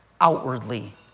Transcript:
outwardly